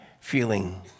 feeling